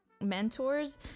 mentors